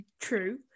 True